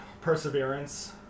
Perseverance